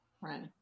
right